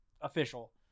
official